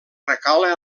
recala